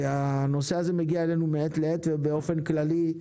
הנושא הזה מגיע אלינו מעת לעת ובאופן כללי,